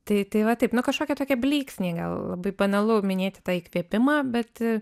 tai tai va taip nu kažkokie tokie blyksniai gal labai banalu minėti tą įkvėpimą bet